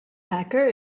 hacker